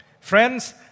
Friends